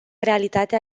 realitatea